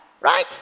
right